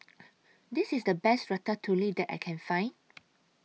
This IS The Best Ratatouille that I Can Find